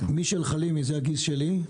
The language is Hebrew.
מישל חלימי זה הגיס שלי,